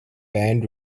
band